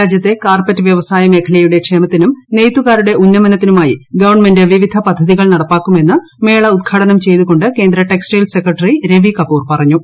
രാജ്യത്തെ കാർപെറ്റ് സ്ത്യ്പസായ മേഖലയുടെ ക്ഷേമത്തിനും നെയ്ത്തുകാരുടെ ഉന്നമനത്തിനുമായി ഗവൺമെന്റ് വിവിധ പദ്ധതികൾ നടപ്പാക്കുമെന്ന് മേള ഉദ്ഘാടനം ചെയ്തുകൊണ്ട് കേന്ദ്ര ടെക്സ്റ്റെൽ സെക്രട്ടറി രവി കപൂർ പറഞ്ഞു